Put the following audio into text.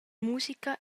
musica